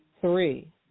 Three